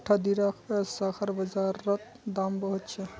इकट्ठा दीडा शाखार बाजार रोत दाम बहुत छे